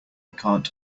can’t